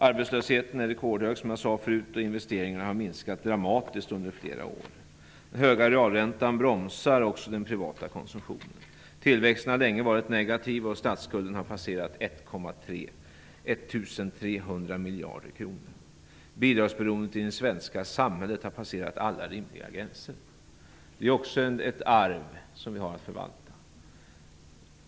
Arbetslösheten är som jag sade förut rekordhög, och investeringarna har minskat dramatiskt under flera år. Den höga realräntan bromsar också den privata konsumtionen. Tillväxten har länge varit negativ, och statsskulden har passerat 1 300 miljarder kr. Bidragsberoendet i det svenska samhället har passerat alla rimliga gränser. Det är också ett arv som vi har att förvalta.